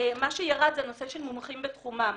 מה שירד זה הנושא של מומחים בתחומם.